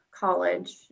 college